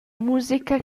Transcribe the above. musica